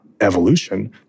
evolution